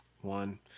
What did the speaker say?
One